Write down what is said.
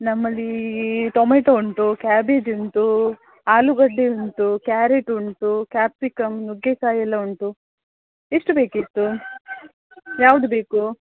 ನಮ್ಮಲ್ಲಿ ಟೊಮೆಟೊ ಉಂಟು ಕ್ಯಾಬೇಜ್ ಉಂಟು ಆಲೂಗಡ್ಡೆ ಉಂಟು ಕ್ಯಾರೆಟ್ ಉಂಟು ಕ್ಯಾಪ್ಸಿಕಮ್ ನುಗ್ಗೆಕಾಯಿ ಎಲ್ಲ ಉಂಟು ಎಷ್ಟು ಬೇಕಿತ್ತು ಯಾವ್ದು ಬೇಕು